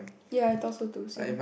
ya I thought so too same